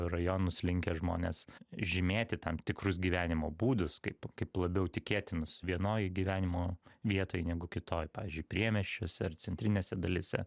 rajonus linkę žmonės žymėti tam tikrus gyvenimo būdus kaip kaip labiau tikėtinus vienoj gyvenimo vietoj negu kitoj pavyzdžiui priemiesčiuose ar centrinėse dalyse